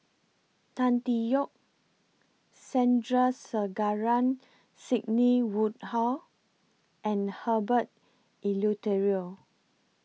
Tan Tee Yoke Sandrasegaran Sidney Woodhull and Herbert Eleuterio